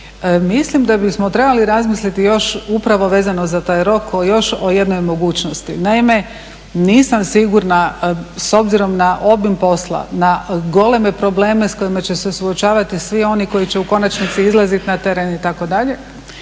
Mislim da bismo trebali razmisliti još upravo vezano za taj rok, još o jednoj mogućnosti. Naime, nisam sigurna s obzirom na obim posla, na goleme probleme s kojima će se suočavati svi oni koji će u konačnici izlazit na teren itd. da će